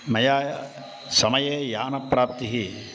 मया समये यानप्राप्तिः